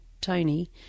Tony